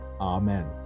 Amen